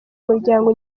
umuryango